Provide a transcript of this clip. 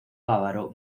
bávaro